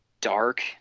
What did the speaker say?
dark